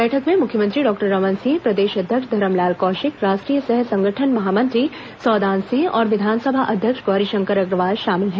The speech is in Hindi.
बैठक में मुख्यमंत्री डॉक्टर रमन सिंह प्रदेश अध्यक्ष धरमलाल कौशिक राष्ट्रीय सह संगठन महामंत्री सौदान सिंह और विधानसभा अध्यक्ष गौरीशंकर अग्रवाल शामिल हैं